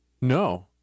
No